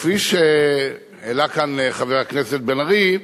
כפי שהעלה כאן חבר הכנסת בן-ארי,